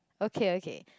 okay okay